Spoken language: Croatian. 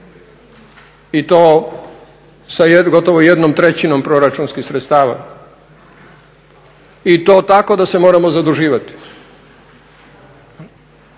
i to sa gotovo jednom trećinom proračunskih sredstava. I to tako da se moramo zaduživati